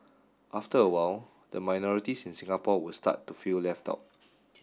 after a while the minorities in Singapore would start to feel left out